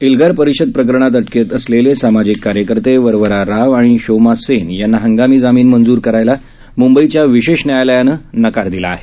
एल्गार परिषद प्रकरणा अटकेत असलेले सामाजिक कार्यकर्ते वरवरा राव आणि शोमा सेन यांना हंगामी जामीन मंजूर करायला मुंबईच्या विशेष न्यायालयानं नकार दिला आहे